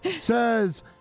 Says